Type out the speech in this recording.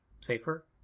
safer